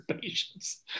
patients